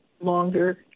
longer